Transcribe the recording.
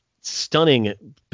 stunning